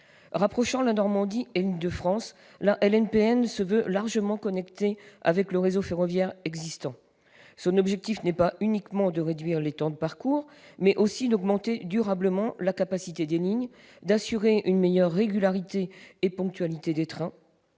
Rapprochant la Normandie et l'Île-de-France, la LNPN se veut largement connectée au réseau ferroviaire existant. L'objectif n'est pas seulement de réduire les temps de parcours, mais aussi d'augmenter durablement la capacité des lignes, d'assurer une meilleure régularité et ponctualité des trains,